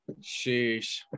Sheesh